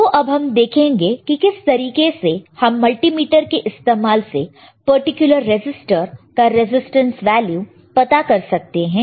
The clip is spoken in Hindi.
तो अब हम देखेंगे कि किस तरीके से हम मल्टीमीटर के इस्तेमाल से पर्टिकुलर रेसिस्टर का रेजिस्टेंस वैल्यू पता कर सकते हैं